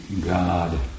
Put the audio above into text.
God